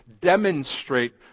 demonstrate